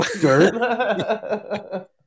dirt